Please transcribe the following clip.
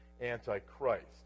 Antichrist